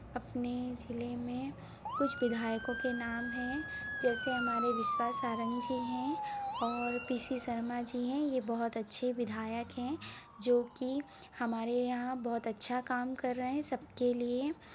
अपने ज़िले में कुछ विधायकों के नाम हैं जैसे हमारे विश्वास सारंग जी हैं और पी सी शर्मा जी हैं ये बहुत अच्छे विधायक हैं जो कि हमारे यहाँ बहुत अच्छा काम कर रहे हैं सब के लिए